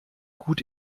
gut